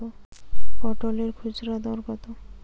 পটলের খুচরা দর কত?